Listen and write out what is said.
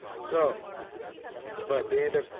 so but they end up.